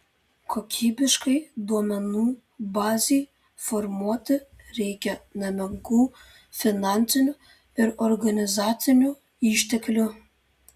kokybiškai duomenų bazei formuoti reikia nemenkų finansinių ir organizacinių išteklių